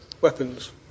weapons